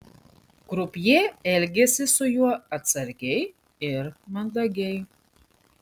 krupjė elgėsi su juo atsargiai ir mandagiai